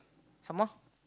some more